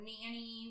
Nanny